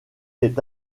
est